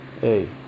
hey